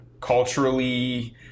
culturally